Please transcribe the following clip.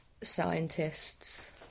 scientists